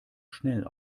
schnell